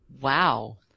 Wow